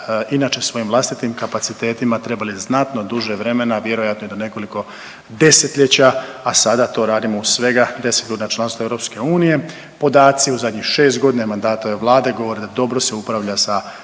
inače svojim vlastitim kapacitetima trebali znatno duže vremena, vjerojatno i do nekoliko desetljeća, a sada to radimo u svega 10 godina članstva EU. Podaci u zadnjih 6 godina mandata ove Vlade govore da dobro se upravlja sa